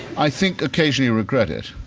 i think, occasionally regret it.